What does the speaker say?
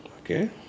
Okay